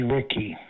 Ricky